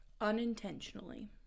Unintentionally